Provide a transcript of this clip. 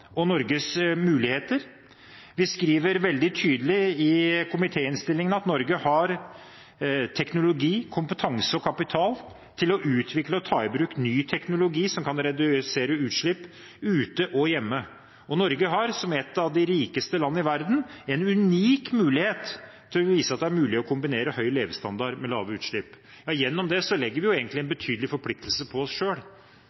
understreker Norges ansvar og Norges muligheter. Vi skriver veldig tydelig i komitéinnstillingen at Norge har teknologi, kompetanse og kapital til å utvikle og ta i bruk ny teknologi som kan redusere utslipp ute og hjemme. Og Norge har, som et av de rikeste land i verden, en unik mulighet til å vise at det er mulig å kombinere høy levestandard med lave utslipp. Gjennom det legger vi egentlig en betydelig forpliktelse på oss